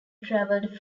traveled